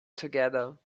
together